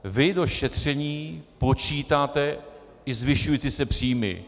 Vy do šetření počítáte i zvyšující se příjmy.